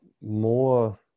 more